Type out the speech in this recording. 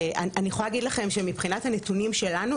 אני יכולה להגיד לכם שמבחינת הנתונים שלנו,